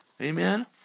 Amen